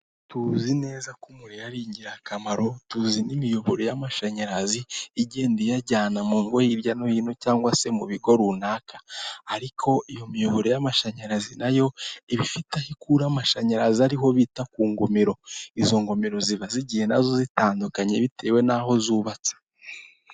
Tuzi neza ko umuriro ari ingirakamaro tuzi n'imiyoboro y'amashanyarazi igenda iyajyana mu ngo hirya no hino cyangwa se mu bigo runaka ariko iyo miyoboro y'amashanyarazi nayo iba ifite aho ikura amashanyarazi ariho bita ku ngomero izo ngomero ziba zigenda nazo zitandukanye bitewe n'aho zubatse .